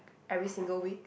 every single week